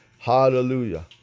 Hallelujah